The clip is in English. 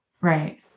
Right